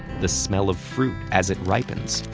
the smell of fruit as it ripens,